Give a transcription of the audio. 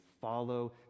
follow